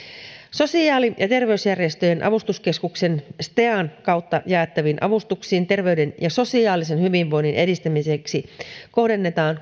sosiaali ja terveysjärjestöjen avustuskeskuksen stean kautta jaettaviin avustuksiin terveyden ja sosiaalisen hyvinvoinnin edistämiseksi kohdennetaan